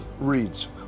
reads